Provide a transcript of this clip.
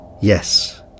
Yes